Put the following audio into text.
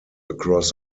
across